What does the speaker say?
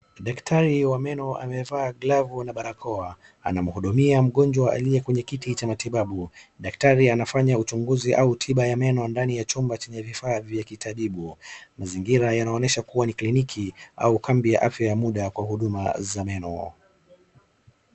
Daktari wa meno ameva glavu na barakoa ana mhudumia mgonjwa aliyekwenye kiti cha matibabu. Daktari anafanya uchunguzi au tiba ya menio ndani ya chumba chenye vifaa vya kitabibu. Mazingira yanaonesha kuwa ni kliniki au kambi ya afya ya munda kwa huduma za meno.